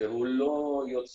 והוא לא יוצר